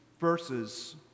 verses